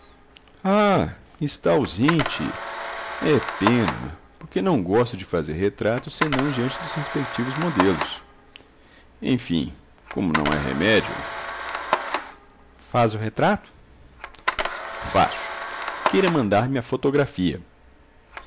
ah está ausente é pena porque não gosto de fazer retratos senão diante dos respectivos modelos enfim como não há remédio faz o retrato faço queira mandar-me a fotografia